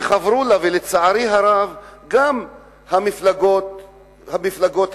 שחברו לה לצערי הרב גם מפלגות הקואליציה,